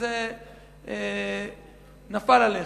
וזה נפל עליך.